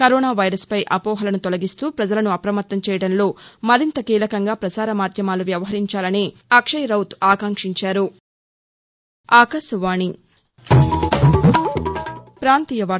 corona virus పై అపొహలను తొలగిస్తూ ప్రపజలను అప్రమత్తం చేయడంలో మరింత కీలకంగా ప్రసారమాద్యమాలు వ్యవహరించాలని అక్షయ్ రౌత్ ఆకాంక్షించారు